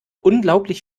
unglaublich